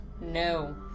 No